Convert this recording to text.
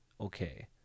okay